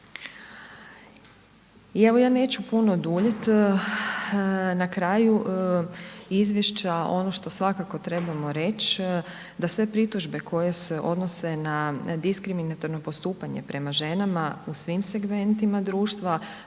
I evo ja neću puno duljit na kraju izvješća, ono što svakako trebamo reći, da sve pritužbe koje se odnose na diskriminatorno postupanje prema ženama u svim segmentima društva